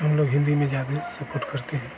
हम लोग हिन्दी में ज्यादे सुपोर्ट करते हैं